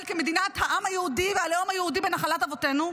כמדינת העם היהודי והלאום היהודי בנחלת אבותינו.